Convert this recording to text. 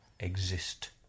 Exist